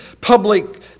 public